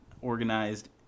organized